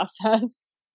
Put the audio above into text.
process